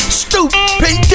stupid